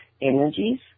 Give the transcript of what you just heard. energies